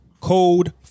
code